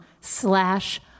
slash